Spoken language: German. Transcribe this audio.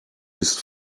ist